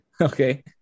Okay